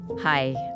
Hi